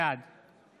בעד